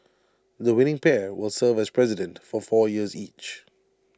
the winning pair will serve as president for four years each